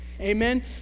Amen